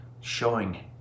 showing